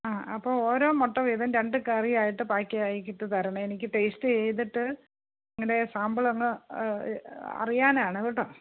ആ അപ്പോൾ ഓരോ മുട്ട വീതം രണ്ട് കറി ആയിട്ട് പാക്കിലാക്കിയിട്ട് തരണം എനിക്ക് ടേസ്റ്റ് ചെയ്തിട്ട് നിങ്ങളുടെ സാമ്പിൾ ഒന്ന് അറിയാനാണ് കേട്ടോ